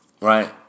right